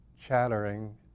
chattering